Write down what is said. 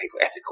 ethical